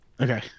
Okay